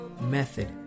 method